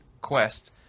quest